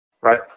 Right